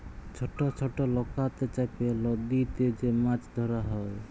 ছট ছট লকাতে চাপে লদীতে যে মাছ ধরা হ্যয়